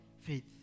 Faith